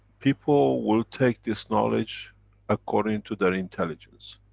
people will take this knowledge according to their intelligence.